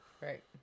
Right